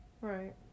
Right